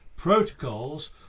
protocols